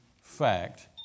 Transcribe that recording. fact